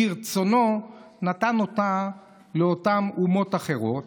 וברצונו נתן אותה לאותן אומות אחרות,